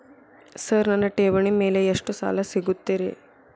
Sir ನನ್ನ ಠೇವಣಿ ಮೇಲೆ ಎಷ್ಟು ಸಾಲ ಸಿಗುತ್ತೆ ರೇ?